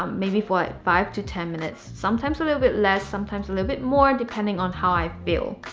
um maybe for five to ten minutes, sometimes a little bit less sometimes a little bit more depending on how i feel.